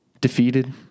defeated